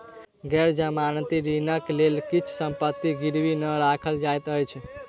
गैर जमानती ऋणक लेल किछ संपत्ति गिरवी नै राखल जाइत अछि